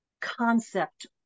concept